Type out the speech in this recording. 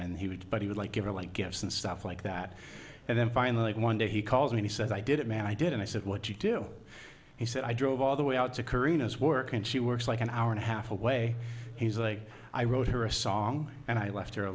and he would but he would like everyone gifts and stuff like that and then finally one day he calls me he said i did it man i did and i said what you do he said i drove all the way out to kareen as work and she works like an hour and a half away he's like i wrote her a song and i left her a